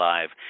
Live